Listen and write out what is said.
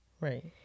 Right